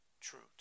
truth